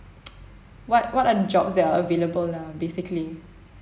what what are the jobs that are available lah basically